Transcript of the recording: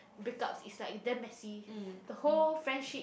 break ups is like damn messy the whole friendship